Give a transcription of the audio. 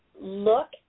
look